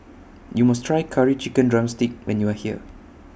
YOU must Try Curry Chicken Drumstick when YOU Are here